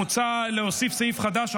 מוצע להוסיף סעיף חדש,